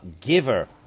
giver